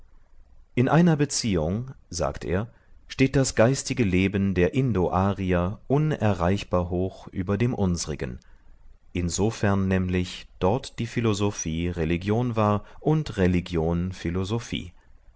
in einer beziehung sagt er steht das geistige leben der indoarier unerreichbar hoch über dem unsrigen insofern nämlich dort die philosophie religion war und religion philosophie